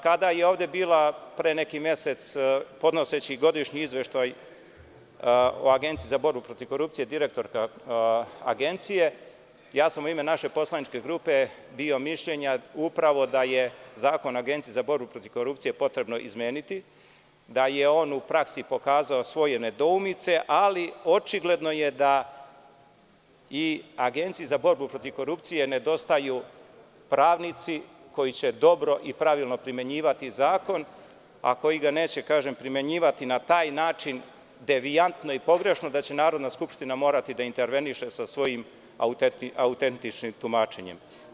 Kada je ovde bila pre neki mesec, podnoseći godišnji izveštaj o Agenciji za borbu protiv korupcije, direktorka Agencije, ja sam u ime naše poslaničke grupe bio mišljenja upravo da je Zakon o Agenciji za borbu protiv korupcije potrebno izmeniti, da je on u praksi pokazao svoje nedoumice, ali očigledno je da i Agenciji za borbu protiv korupcije nedostaju pravnici koji će dobro i pravilno primenjivati zakon, a koji ga neće primenjivati na taj način devijantno i pogrešno da će Narodna skupština morati da interveniše sa svojim autentičnim tumačenjem.